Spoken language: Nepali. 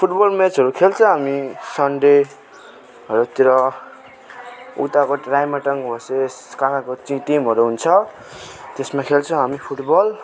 फुट बल म्याचहरू खेल्छ हामी सन्डेहरूतिर उताको राइमाटाङ भर्सेस कहाँ कहाँको चाहिँ टिमहरू हुन्छ त्यसमा खेल्छ हामी फुट बल